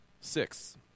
Six